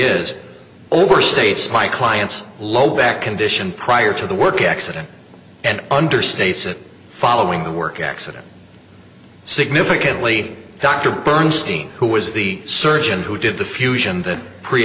is overstates my client's low back condition prior to the work accident and understates it following the work accident significantly dr bernstein who was the surgeon who did the fusion that pre